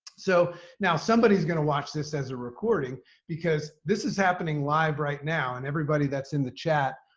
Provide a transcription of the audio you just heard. so now somebody is going to watch this as a recording because this is happening live right now. and everybody that's that's in the chat,